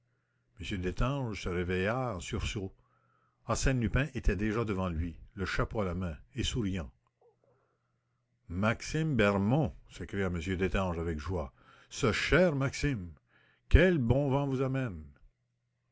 m destange se réveilla en sursaut arsène lupin était déjà devant lui le chapeau à la main et souriant maxime bermond s'écria m destange avec joie ce cher maxime quel bon vent vous amène